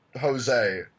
Jose